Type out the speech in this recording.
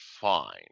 fine